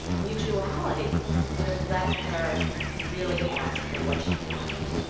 mutuality would have let her really ask for what she wanted,